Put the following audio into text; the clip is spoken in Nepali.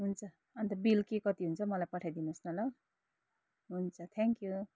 हुन्छ अन्त बिल के कति हुन्छ मलाई पठाइ दिनुहोस् न ल हुन्छ थ्याङ्क यू